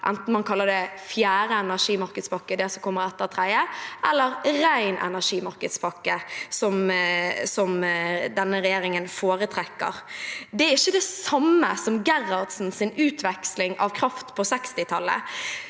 det man kaller enten fjerde energimarkedspakke, den som kommer etter den tredje, eller ren energimarkedspakke, som denne regjeringen foretrekker. Det er ikke det samme som Gerhardsens utveksling av kraft på 1960-tallet.